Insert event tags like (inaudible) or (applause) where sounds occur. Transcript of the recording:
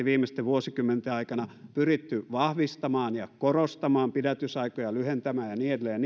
(unintelligible) viimeisten vuosikymmenten aikana pyritty vahvistamaan ja korostamaan pidätysaikoja lyhentämään ja niin edelleen (unintelligible)